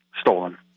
stolen